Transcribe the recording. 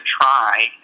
try